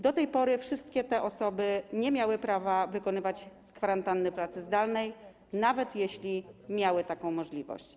Do tej pory wszystkie te osoby nie miały prawa wykonywać z kwarantanny pracy zdalnej, nawet jeśli miały taką możliwość.